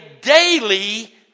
daily